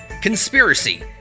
conspiracy